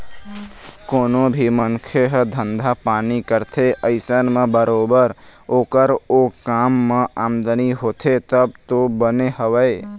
कोनो भी मनखे ह धंधा पानी करथे अइसन म बरोबर ओखर ओ काम म आमदनी होथे तब तो बने हवय